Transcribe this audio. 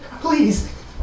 please